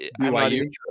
BYU